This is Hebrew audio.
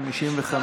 בעד,